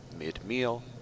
mid-meal